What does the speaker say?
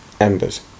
Embers